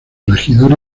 regidor